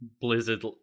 blizzard